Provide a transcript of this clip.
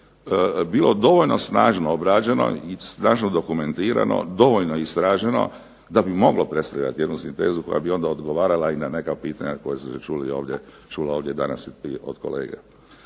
bilo dovoljno snažno obrađeno i snažno dokumentirano, dovoljno istraženo da bi moglo predstavljati jednu sintezu koja bi onda odgovarala i na neka pitanja koja su se čula ovdje danas od kolege.